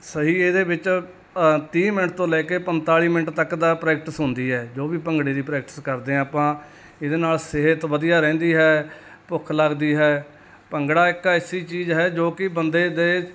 ਸਹੀ ਇਹਦੇ ਵਿੱਚ ਤੀਹ ਮਿੰਟ ਤੋਂ ਲੈ ਕੇ ਪੰਤਾਲੀ ਮਿੰਟ ਤੱਕ ਦਾ ਪ੍ਰੈਕਟਿਸ ਹੁੰਦੀ ਹੈ ਜੋ ਵੀ ਭੰਗੜੇ ਦੀ ਪ੍ਰੈਕਟਿਸ ਕਰਦੇ ਹਾਂ ਆਪਾਂ ਇਹਦੇ ਨਾਲ ਸਿਹਤ ਵਧੀਆ ਰਹਿੰਦੀ ਹੈ ਭੁੱਖ ਲੱਗਦੀ ਹੈ ਭੰਗੜਾ ਇੱਕ ਐਸੀ ਚੀਜ਼ ਹੈ ਜੋ ਕਿ ਬੰਦੇ ਦੇ